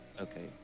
okay